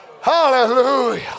Hallelujah